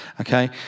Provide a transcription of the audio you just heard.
okay